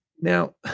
Now